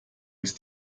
ist